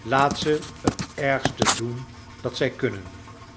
laal ze het ergste doen dat zij kunnen